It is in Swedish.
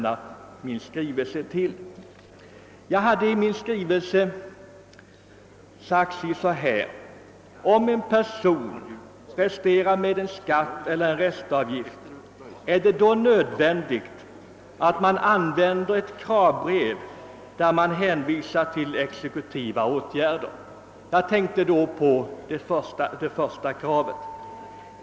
I min skrivelse hade jag frågat ungefär följande: Om en person resterar med skatt eller restavgift, är det då nödvändigt att avsända ett kravbrev till vederbörande, vari man hotar med exekutiva åtgärder? — Jag tänkte då på det första kravet.